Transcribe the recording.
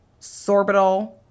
sorbitol